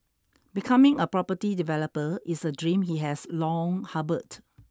becoming a property developer is a dream he has long harboured